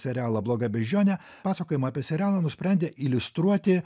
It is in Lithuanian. serialą bloga beždžionė pasakojimą apie serialą nusprendė iliustruoti